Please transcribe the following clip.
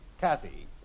Kathy